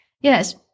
Yes